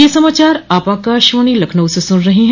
ब्रे क यह समाचार आप आकाशवाणी लखनऊ से सून रहे हैं